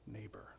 neighbor